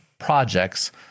projects